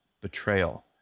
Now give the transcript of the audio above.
betrayal